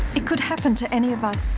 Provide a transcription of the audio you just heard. it could happen to any of us.